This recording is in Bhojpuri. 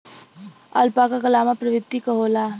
अल्पाका लामा प्रवृत्ति क होला